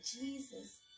Jesus